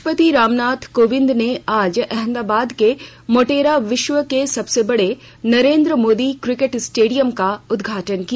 राष्ट्रपति रामनाथ कोविंद ने आज अहमदाबाद के मोटेरा में विश्व के सबसे बड़े नरेन्द्र मोदी क्रिकेट स्टेडियम का उदघाटन किया